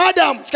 Adam